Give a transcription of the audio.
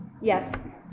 Yes